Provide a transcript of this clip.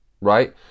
Right